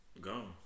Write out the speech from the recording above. Gone